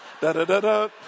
Da-da-da-da